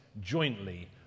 jointly